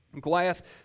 Goliath